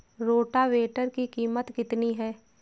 Rotavator की कीमत कितनी है?